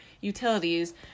utilities